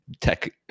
tech